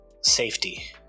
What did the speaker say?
safety